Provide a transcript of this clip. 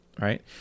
right